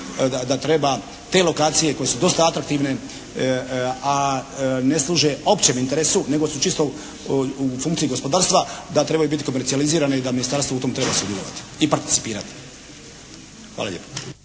da treba te lokacije koje su dosta atraktivne a ne služe općem interesu nego su čisto u funkciji gospodarstva da trebaju biti komercijalizirane i da ministarstvo u tom treba sudjelovati i participirati. Hvala lijepo.